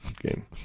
game